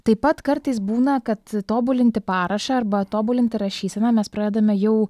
taip pat kartais būna kad tobulinti parašą arba tobulinti rašyseną mes pradedame jau